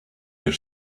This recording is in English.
your